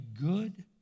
good